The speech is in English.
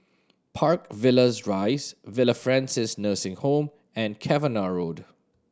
Park Villas Rise Villa Francis Nursing Home and Cavenagh Road